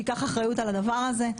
ייקח אחריות על הדבר הזה,